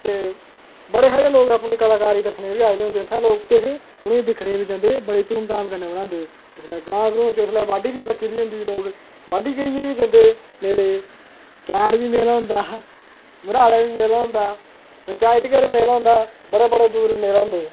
ते बड़े सारे लोग अपनी कलाकारी दस्सने गी बी आए दे होंदे उत्थें किश लोग उ'नें गी दिक्खने गी बी जंदे बड़ी धूमधाम कन्नै बनांदे ग्रांऽ ग्रूं च उसलै बाड्ढी बी पक्की दी होंदी उसलै लोग बाड्ढी करियै बी जंदे मेले ई कैर बी मेला होंदा मरहाड़ै बी मेला होंदा पंचायत घर मेला होंदा बड़े बड़े दूर मेला होंदे